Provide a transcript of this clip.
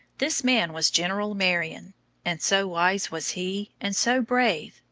this man was general marion and so wise was he, and so brave,